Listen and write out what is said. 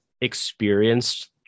experienced